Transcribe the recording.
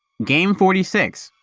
game forty six,